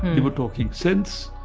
they were talking sense.